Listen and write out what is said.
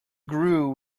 grew